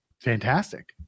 fantastic